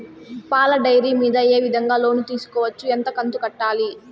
పాల డైరీ మీద ఏ విధంగా లోను తీసుకోవచ్చు? ఎంత కంతు కట్టాలి?